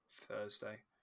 Thursday